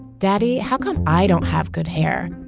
daddy, how come i don't have good hair?